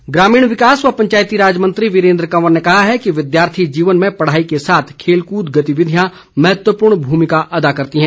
कंवर ग्रामीण विकास व पंचायती राज मंत्री वीरेन्द्र कंवर ने कहा है कि विद्यार्थी जीवन में पढ़ाई के साथ खेलकूद गतिविधियां महत्वपूर्ण भूमिका अदा करती हैं